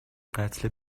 قتل